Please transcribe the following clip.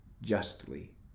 Justly